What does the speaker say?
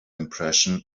impression